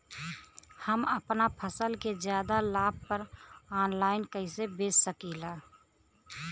हम अपना फसल के ज्यादा लाभ पर ऑनलाइन कइसे बेच सकीला?